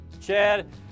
Chad